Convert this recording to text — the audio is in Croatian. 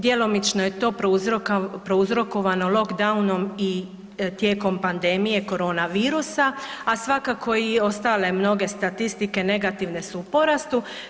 Djelomično je to prouzrokovano lockdownom i tijekom pandemije korona virusa, a svakako i ostale mnoge statistike negativne su u porastu.